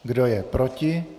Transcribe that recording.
Kdo je proti?